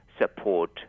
support